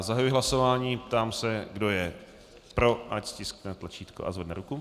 Zahajuji hlasování a ptám se, kdo je pro, ať stiskne tlačítko a zvedne ruku.